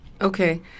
Okay